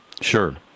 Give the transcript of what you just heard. Sure